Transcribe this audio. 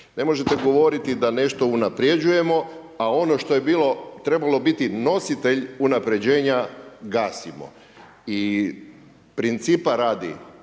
Ne možete govoriti da nešto unapređujemo, a ono što je bilo, trebalo biti nositelj unapređenja gasimo. I principa radi,